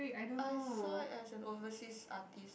I saw it as an overseas artist